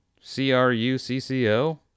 C-R-U-C-C-O